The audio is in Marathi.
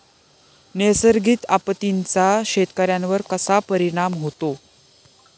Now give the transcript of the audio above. नैसर्गिक आपत्तींचा शेतकऱ्यांवर कसा परिणाम होतो?